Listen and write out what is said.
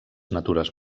natures